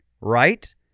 right